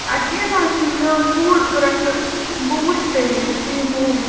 اَدٕ کیٚنٛہہ نہَ حظ چھُنہٕ مےٚ اوس بوٗٹ ضروٗرت تہٕ بہٕ وُچھ تیٚلہِ بہٕ یِمہٕ اوٗرۍ